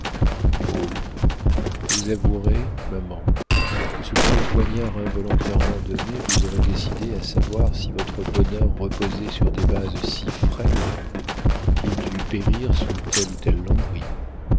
vous avouerez maman que ce coup de poignard involontairement donné vous aurait décidée à savoir si votre bonheur reposait sur des bases si frêles qu'il dût périr sous tel ou tel